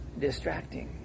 distracting